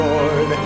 Lord